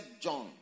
John